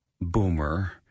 Boomer